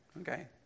okay